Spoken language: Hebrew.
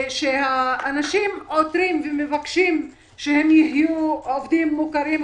ושהאנשים עותרים ומבקשים שהם יהיו עובדים מוכרים,